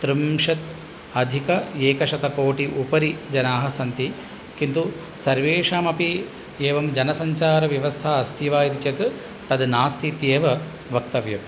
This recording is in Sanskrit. त्रिंशत् अधिक एकशतकोटि उपरि जनाः सन्ति किन्तु सर्वेषामपि एवं जनसञ्चारव्यवस्था अस्ति वा इति चेत् तन्नास्ति इत्येव वक्तव्यं